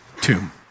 tomb